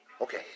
Okay